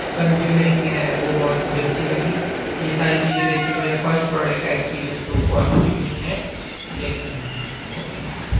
कंसुमरिंग है वो बहत मुझे अच्छी लगी यह सारी चीज़ें देखके मेरा फ़र्स्ट प्रॉडक्ट का एक्सपीरिएंस तो पॉज़िटिव में ही है देखते हैं ओके